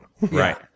Right